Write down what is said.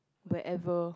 wherever